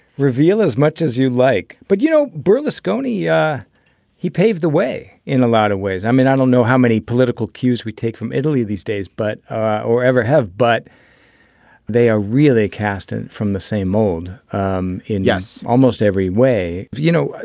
reveal as much as you like. but, you know, berlusconi, yeah he paved the way in a lot of ways i mean, i don't know how many political cues we take from italy these days, but or ever have. but they are really cast in from the same mold um in. yes. almost every way, you know,